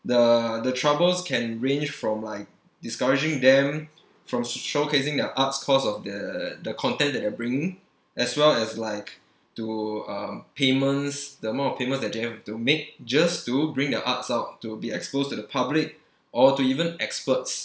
the the troubles can range from like discouraging them from showcasing their arts cause of the the content that they're bringing as well as like to uh payments the amount of payments that they have to make just to bring the arts out to be exposed to the public or to even experts